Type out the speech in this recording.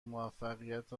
موفقیت